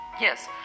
yes